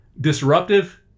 disruptive